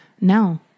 No